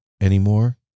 anymore